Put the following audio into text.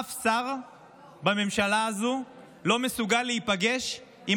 אף שר בממשלה הזו לא מסוגל להיפגש עם